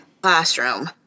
classroom